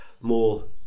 more